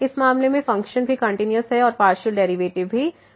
इस मामले में फ़ंक्शन भी कंटिन्यूस है और पार्शियल डेरिवेटिव्स भी मौजूद हैं